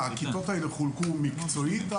הקדמת הכיתות האלה חולקה מקצועית?